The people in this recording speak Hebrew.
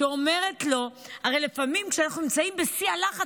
כך אמר לפני שבוע בכיר הפתח